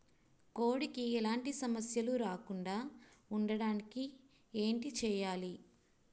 కోడి కి ఎలాంటి సమస్యలు రాకుండ ఉండడానికి ఏంటి చెయాలి?